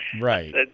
Right